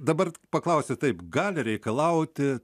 dabar paklausiu taip gali reikalauti